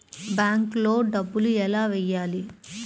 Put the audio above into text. బ్యాంక్లో డబ్బులు ఎలా వెయ్యాలి?